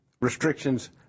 Restrictions